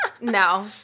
no